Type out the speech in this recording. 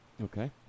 Okay